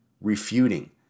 refuting